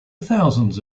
thousands